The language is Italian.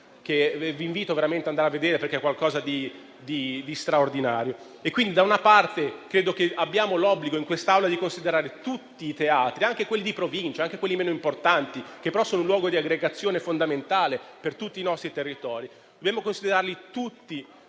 vi invito veramente ad andare a visitare. Credo che abbiamo l'obbligo, in quest'Aula, di considerare tutti i teatri, anche quelli di provincia, anche quelli meno importanti, che però sono un luogo di aggregazione fondamentale per tutti i nostri territori. Dobbiamo considerarli tutti